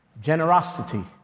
generosity